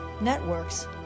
networks